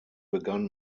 begann